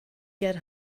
get